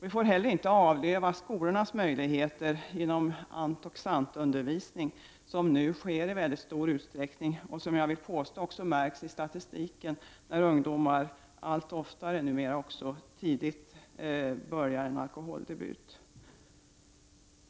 Vi får heller inte minska skolornas möjligheter att bedriva ANT och SANT:-undervisning, vilket nu sker i mycket stor utsträckning. Jag vill påstå att det också märks i statistiken när nu ungdomar allt oftare gör en tidig alkoholdebut.